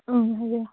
ꯎꯝ ꯍꯥꯏꯕꯤꯌꯨ